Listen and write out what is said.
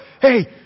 Hey